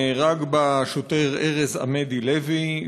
נהרגו בה השוטר ארז עמדי לוי,